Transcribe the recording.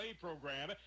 program